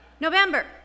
November